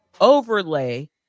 overlay